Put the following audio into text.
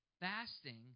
Fasting